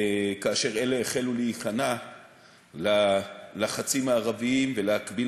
כאשר אלה החלו להיכנע ללחצים הערביים ולהגביל